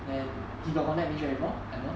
then he got contact ming jie before I know